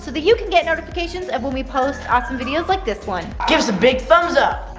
so that you can get notifications of when we post awesome videos like this one. give us a big thumbs up.